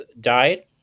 died